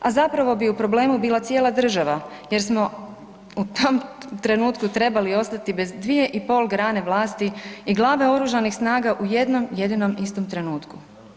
A zapravo bi u problemu bila cijela država jer smo u tom trenutku trebali ostati bez dvije i pol grane vlasti i glave oružanih snaga u jednom jedinom istom trenutku.